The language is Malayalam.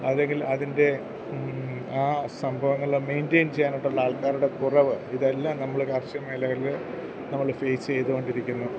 അല്ലെങ്കിൽ അതിൻ്റെ ആ സംഭവങ്ങളെ മൈൻറ്റൈൻ ചെയ്യാനായിട്ടുള്ള ആൾക്കാരുടെ കുറവ് ഇതെല്ലാം നമ്മൾ കാർഷികമേഖലകളിൽ നമ്മൾ ഫേസ് ചെയ്തുകൊണ്ടിരിക്കുന്നു